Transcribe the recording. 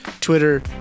Twitter